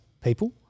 people